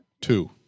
two